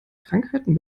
krankheiten